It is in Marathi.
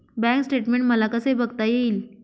बँक स्टेटमेन्ट मला कसे बघता येईल?